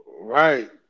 right